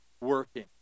working